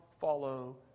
follow